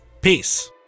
Peace